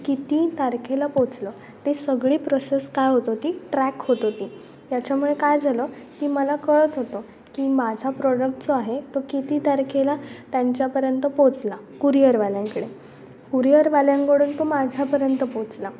किती तारखेला पोचलं ती सगळी प्रोसेस काय होत होती ट्रॅक होत होती ती याच्यामुळे काय झालं की मला कळत होतो की माझा प्रॉडक्ट जो आहे तो किती तारखेला त्यांच्यापर्यंत पोचला कुरियरवाल्यांकडे कुरियरवाल्यांकडून तो माझ्यापर्यंत पोचला